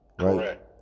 Right